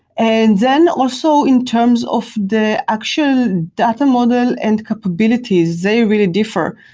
and then, also in terms of the actual data model and capabilities, they really differ.